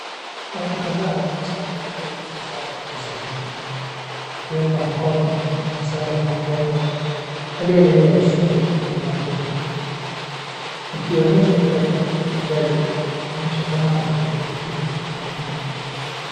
Watu kadhaa wamekusanyika karibu na kitanda cha hospitali, wakiweka mkono au msaada kwa mgonjwa aliyelengea chini ya blanketi akionyesha upendo, utunzaji na mshikamamo katika kipindi cha matibabu.